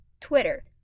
Twitter